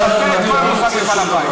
לבטל את כל מפעל הפיס.